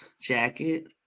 jacket